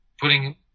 putting